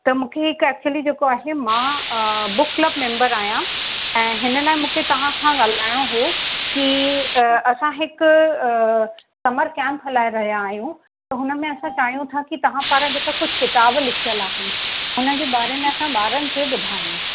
त मूंखे हिकु एक्चुली जेको आहे मां बुक क्लब मेंबर आहियां ऐं हिन लाइ मूंखे तव्हां खां ॻाल्हाइणो हुओ कि असां हिकु समर कैम्प हलाए रहिया आहियूं त हुन में असां चाहियूं था कि तव्हां पारां जेका कुझु किताब लिखियल आहिन हुनजे बारे में असां ॿारनि खे ॿुधायूं